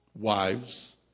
wives